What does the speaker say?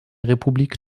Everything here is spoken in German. republik